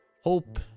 hope